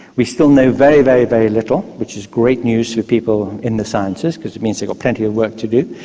we still know very, very very little which is great news to people in the sciences because it means they've got plenty of work to do.